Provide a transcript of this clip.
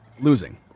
Losing